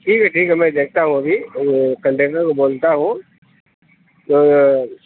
ٹھیک ہے ٹھیک ہے میں دیکھتا ہوں ابھی وہ کنڈیکٹر کو بولتا ہوں تو